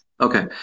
Okay